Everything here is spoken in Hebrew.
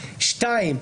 שנייה,